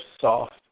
soft